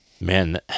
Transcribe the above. man